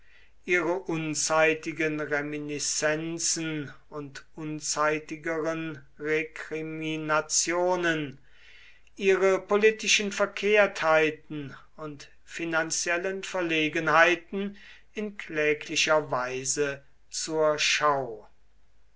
ihre unzeitigen reminiszenzen und unzeitigeren rekriminationen ihre politischen verkehrtheiten und finanziellen verlegenheiten in kläglicher weise zur schau